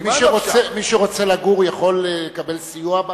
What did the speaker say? מי שרוצה לגור יכול לקבל סיוע?